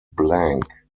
blank